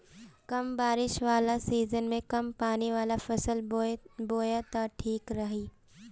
कम बारिश वाला सीजन में कम पानी वाला फसल बोए त ठीक रही